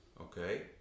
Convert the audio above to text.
Okay